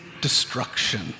destruction